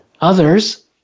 Others